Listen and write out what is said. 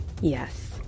yes